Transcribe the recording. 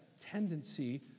tendency